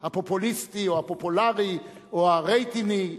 הפופוליסטי או הפופולרי או הרייטינגי.